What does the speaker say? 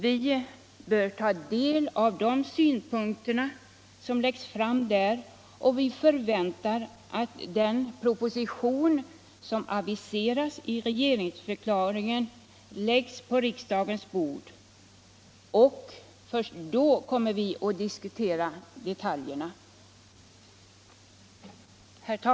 Vi förväntar att man efter att ha tagit del av de synpunkter som förs fram där lägger den i regeringsförklaringen aviserade propositionen på riksdagens bord. Först då kommer vi att diskutera detaljerna.